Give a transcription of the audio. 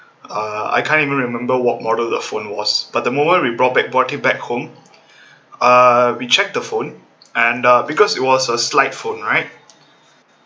uh I can't even remember what model the phone was but the moment we brought back brought it back home uh we check the phone and uh because it was a slide phone right